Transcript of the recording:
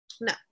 No